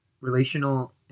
relational